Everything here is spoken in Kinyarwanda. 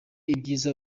ibyiza